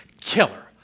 Killer